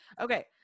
Okay